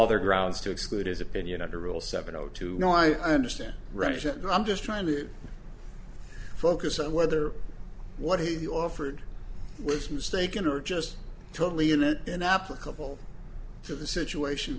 other grounds to exclude as opinion under rule seven zero two no i understand russia and i'm just trying to focus on whether what he offered was mistaken or just totally unit inapplicable to the situation